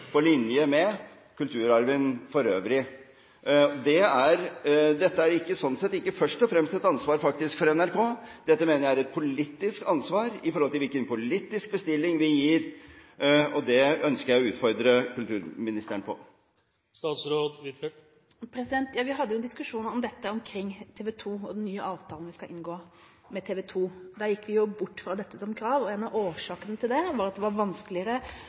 på linje med kulturarven for øvrig. Det er sånn sett ikke først og fremst et ansvar for NRK. Dette mener jeg er et politisk ansvar i forhold til hvilken politisk bestilling vi gir. Det ønsker jeg å utfordre kulturministeren på. Vi hadde jo en diskusjon om dette omkring TV 2, i forbindelse med den nye avtalen vi skal inngå med TV 2. Da gikk vi bort fra dette som krav, og en av årsakene til det var at det var vanskeligere